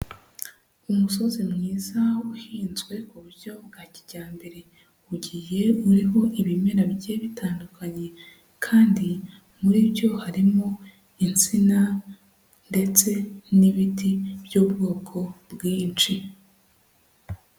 Umusozi mwiza uhinzwe mu buryo bwa kijyambere, ugiye uriho ibimera bigiye bitandukanye kandi muri byo harimo insina ndetse n'ibiti by'ubwoko bwinshi.